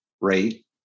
rate